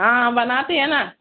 हाँ बनाते है ना